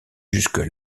jusque